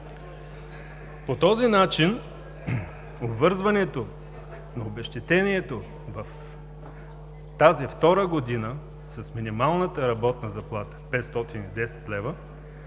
По този начин обвързването на обезщетението в тази втора година с минималната работна заплата – 510 лв.,